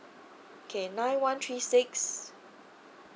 okay nine one three six